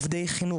עובדי חינוך,